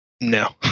no